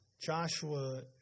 Joshua